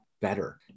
better